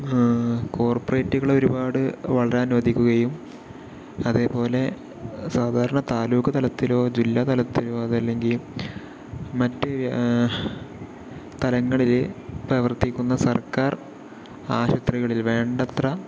കോർപ്പറേറ്റുകളെ ഒരുപാട് വളരാൻ അനുവദിക്കുകയും അതേപോലെ സാധാരണ താലൂക്ക് തലത്തിലൊ ജില്ലാ തലത്തിലൊ അതല്ലെങ്കിൽ മറ്റു തലങ്ങളില് പ്രവർത്തിക്കുന്ന സർക്കാർ ആശുപത്രികളിൽ വേണ്ടത്ര